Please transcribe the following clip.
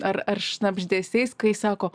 ar ar šnabždesiais kai sako